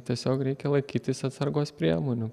tiesiog reikia laikytis atsargos priemonių